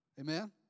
Amen